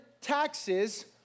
taxes